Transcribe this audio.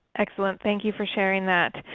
excellent, thank you for sharing that.